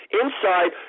inside